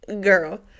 girl